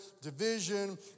division